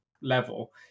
level